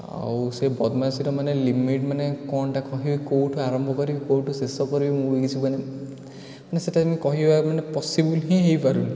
ଆଉ ସେ ବଦମାସୀର ମାନେ ଲିମିଟ୍ ମାନେ କ'ଣଟା କହିବି କେଉଁଠୁ ଆରମ୍ଭ କରିବି କେଉଁଠୁ ଶେଷ କରିବି ମୁଁ ବି କିଛି ମାନେ ମାନେ ସେଇଟା ମୁଁ କହିବା ମାନେ ପଶିବୁଲ୍ ହିଁ ହୋଇପାରୁନି